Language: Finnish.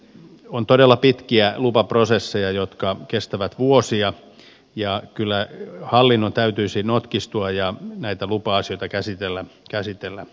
on todella pitkiä lupaprosesseja jotka kestävät vuosia ja kyllä hallinnon täytyisi notkistua ja näitä lupa asioita käsitellä nopeammin